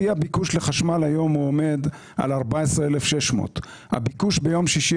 שיא הביקוש לחשמל עומד היום על 14,600. הביקוש ביום שישי